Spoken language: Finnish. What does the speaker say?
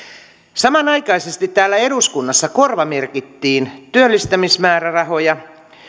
samanaikaisesti täällä eduskunnassa korvamerkittiin työllistämismäärärahoja